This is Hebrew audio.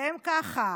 והן ככה,